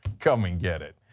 come and get it.